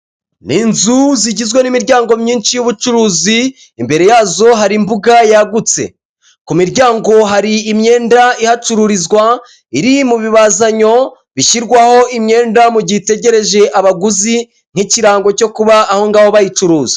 Ni inzu zigizwe n'imiryango myinshi y'ubucuruzi imbere yazo hari imbuga yagutse ku miryango hari imyenda ihacururizwa iri mu bibazanyo bishyirwaho imyenda mu gihe itegereje abaguzi nk'ikirango cyo kuba ahongaho bayicuruza.